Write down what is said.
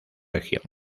región